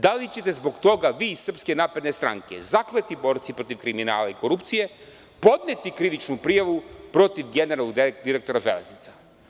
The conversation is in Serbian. Da li ćete zbog toga vi iz SNS, zakleti borci protiv kriminala i korupcije, podneti krivičnu prijavu protiv generalnog direktora „Železnica“